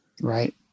Right